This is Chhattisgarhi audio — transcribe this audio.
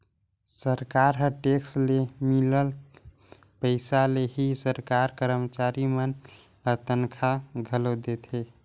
सरकार ह टेक्स ले मिलल पइसा ले ही सरकारी करमचारी मन ल तनखा घलो देथे